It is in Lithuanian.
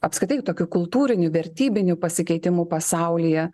apskritai tokiu kultūriniu vertybiniu pasikeitimu pasaulyje